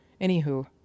Anywho